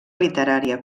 literària